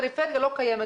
פריפריה לא קיימת,